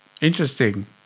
Interesting